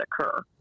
occur